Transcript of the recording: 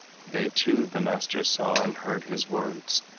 they too the master saw, and heard his words,